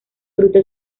fruto